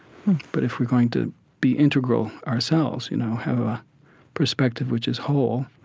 but if we're going to be integral ourselves, you know, have a perspective which is whole,